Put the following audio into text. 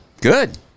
Good